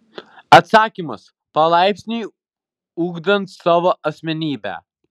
atsakymas palaipsniui ugdant savo asmenybę